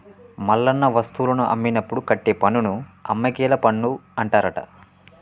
మల్లన్న వస్తువులను అమ్మినప్పుడు కట్టే పన్నును అమ్మకేల పన్ను అంటారట